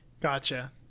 Gotcha